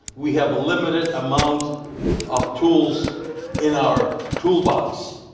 we have limited amount of tools in our tool box.